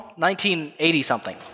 1980-something